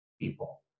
people